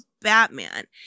Batman